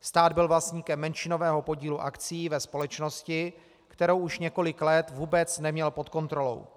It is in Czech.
Stát byl vlastníkem menšinového podílu akcií ve společnosti, kterou už několik let vůbec neměl pod kontrolou.